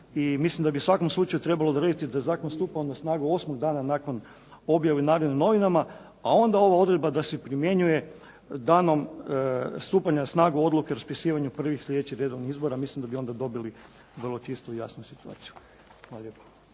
mislim da bi u svakom slučaju trebalo odrediti da zakon stupa na snagu osmog dana nakon objave u "Narodnim novinama", a onda ova odredba da se primjenjuje danom stupanja na snagu odluke o raspisivanju prvih sljedećih redovnih izbora mislim da bi onda dobili vrlo čistu i jasnu situaciju. Hvala lijepa.